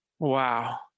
Wow